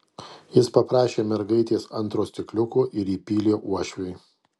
jis paprašė mergaitės antro stikliuko ir įpylė uošviui